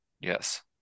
Yes